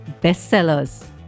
bestsellers